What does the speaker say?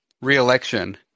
reelection